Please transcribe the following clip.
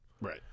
Right